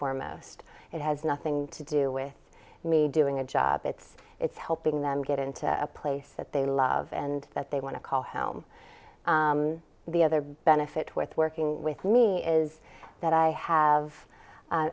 foremost it has nothing to do with me doing a job it's it's helping them get into a place that they love and that they want to call home the other benefit with working with me is that i have